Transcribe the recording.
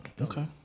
Okay